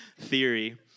theory